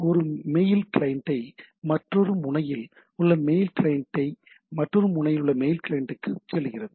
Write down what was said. ஒரு மெயில் கிளையண்ட்டை மற்றொரு மறு முனையில் உள்ள மெயில் கிளையண்ட்டுக்கு சொல்லுகிறது